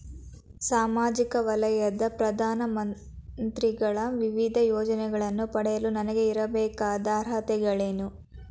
ಸಾಮಾಜಿಕ ವಲಯದ ಪ್ರಧಾನ ಮಂತ್ರಿಗಳ ವಿವಿಧ ಯೋಜನೆಗಳನ್ನು ಪಡೆಯಲು ನನಗೆ ಇರಬೇಕಾದ ಅರ್ಹತೆಗಳೇನು?